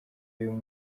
y’uyu